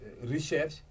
research